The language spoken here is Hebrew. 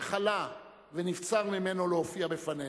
שחלה ונבצר ממנו להופיע בפנינו.